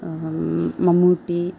Mammootty